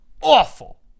awful